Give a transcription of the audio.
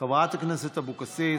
חברת הכנסת אבקסיס,